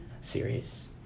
series